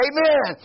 Amen